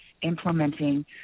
implementing